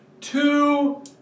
two